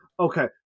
Okay